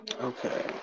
Okay